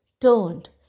turned